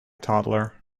toddler